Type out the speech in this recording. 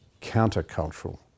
counter-cultural